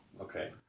okay